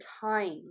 time